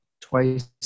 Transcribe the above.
twice